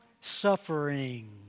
suffering